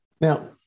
Now